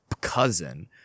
cousin—